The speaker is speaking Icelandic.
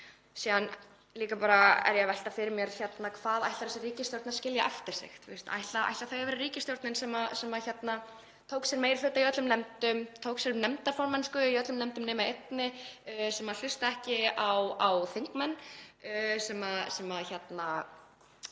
Síðan er ég að velta fyrir mér: Hvað ætlar þessi ríkisstjórn að skilja eftir sig? Ætla þau að vera ríkisstjórnin sem tók sér meiri hluta í öllum nefndum, tók sér nefndarformennsku í öllum nefndum nema einni, sem hlustaði ekki á þingmenn, sem minnkaði